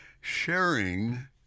sharing